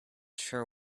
sure